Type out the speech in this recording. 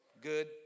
good